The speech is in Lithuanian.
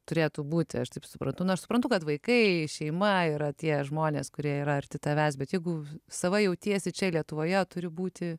turėtų būti aš taip suprantu nu aš suprantu kad vaikai šeima yra tie žmonės kurie yra arti tavęs bet jeigu sava jautiesi čia lietuvoje turi būti